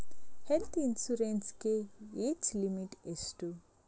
Health insurance ಗೆ age limit ಎಷ್ಟು?